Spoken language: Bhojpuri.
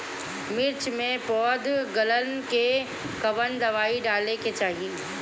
मिर्च मे पौध गलन के कवन दवाई डाले के चाही?